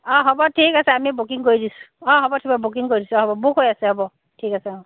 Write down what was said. অঁ হ'ব ঠিক আছে আমি বুকিং কৰি দিছোঁ অঁ হ'ব বুকিং কৰি দিছোঁ হ'ব বুক হৈ আছে হ'ব ঠিক আছে অঁ